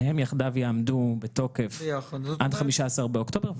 והם יחדיו יעמדו בתוקף עד 15 באוקטובר.